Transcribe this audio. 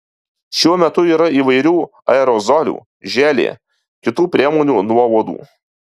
šiuo metu yra įvairių aerozolių želė kitų priemonių nuo uodų